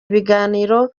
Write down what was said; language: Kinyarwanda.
ibiganiro